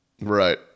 Right